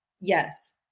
Yes